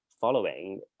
following